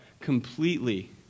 completely